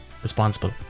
responsible